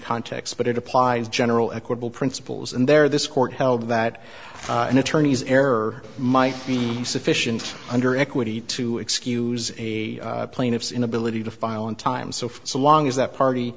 context but it applies general equable principles and there this court held that an attorney's error might be sufficient under equity to excuse a plaintiff's inability to file on time so for so long as that party